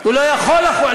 הוא לא יכול לחול.